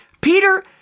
Peter